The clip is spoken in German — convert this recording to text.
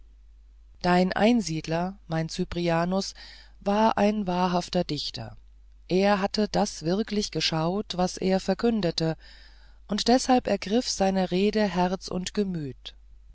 dein einsiedler mein cyprianus war ein wahrhafter dichter er hatte das wirklich geschaut was er verkündete und deshalb ergriff seine rede herz und gemüt